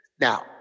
Now